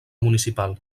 municipal